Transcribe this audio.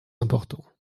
important